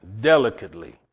delicately